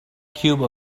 cube